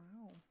Wow